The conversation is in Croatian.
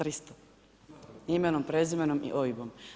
300, imenom, prezimenom i OIB-om.